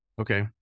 Okay